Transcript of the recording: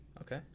Okay